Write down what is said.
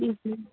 جی جی